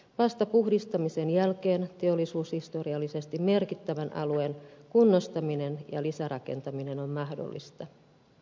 vasta puhdistamisen jälkeen teollisuushistoriallisesti merkittävän alueen kunnostaminen ja lisärakentaminen on mahdollista